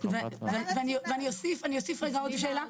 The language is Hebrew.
ואני אוסיף על זה עוד שאלה,